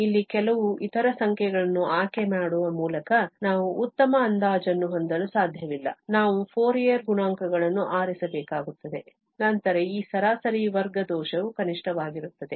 ಇಲ್ಲಿ ಕೆಲವು ಇತರ ಸಂಖ್ಯೆಗಳನ್ನು ಆಯ್ಕೆ ಮಾಡುವ ಮೂಲಕ ನಾವು ಉತ್ತಮ ಅಂದಾಜನ್ನು ಹೊಂದಲು ಸಾಧ್ಯವಿಲ್ಲ ನಾವು ಫೋರಿಯರ್ ಗುಣಾಂಕಗಳನ್ನು ಆರಿಸಬೇಕಾಗುತ್ತದೆ ನಂತರ ಈ ಸರಾಸರಿ ವರ್ಗ ದೋಷವು ಕನಿಷ್ಠವಾಗಿರುತ್ತದೆ